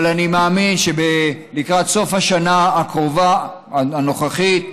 אבל אני מאמין שלקראת סוף השנה הקרובה, הנוכחית,